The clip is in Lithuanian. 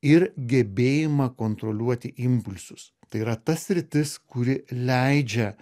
ir gebėjimą kontroliuoti impulsus tai yra ta sritis kuri leidžia